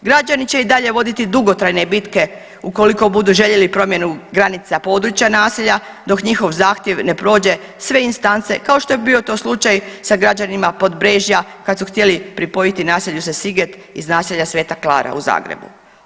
Građani će i dalje voditi dugotrajne bitke ukoliko budu željeli promjenu granica područja naselja dok njihov zahtjev ne prođe sve instance kao što je to bio slučaj sa građanima Podbrežja kad su htjeli pripojiti se naselju Siget iz naselja Sveta Klara u Zagrebu.